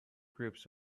groups